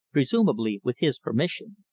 presumably with his permission.